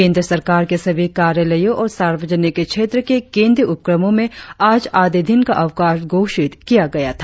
केंद्र सरकार के सभी कार्यालयों और सार्वजनिक क्षेत्र के केंद्रीय उपक्रमों में आज आधे दिन का अवकाश घोषित किया गया था